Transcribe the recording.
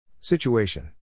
Situation